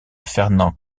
fernand